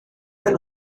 fel